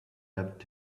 happened